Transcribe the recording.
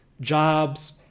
jobs